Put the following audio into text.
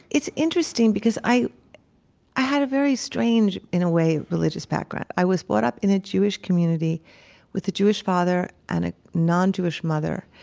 it's interesting because i i had a very strange, in a way, religious background. i was brought up in a jewish community with a jewish father and a non-jewish mother,